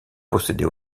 possédait